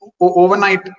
overnight